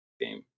game